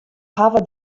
hawwe